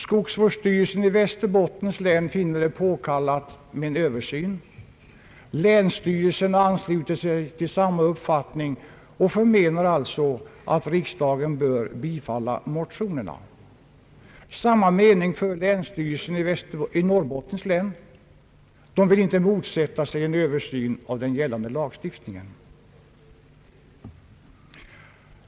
Skogsvårdsstyrelsen i Västerbottens län finner det påkallat med en översyn. Länsstyrelsen ansluter sig till samma uppfattning och förmenar alltså att riksdagen bör bifalla motionerna. Samma mening anför länsstyrelsen i Norrbottens län; den vill inte motsätta sig en översyn av gällande lagstiftning.